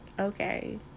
okay